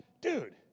Dude